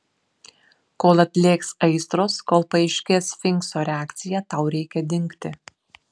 kol atlėgs aistros kol paaiškės sfinkso reakcija tau reikia dingti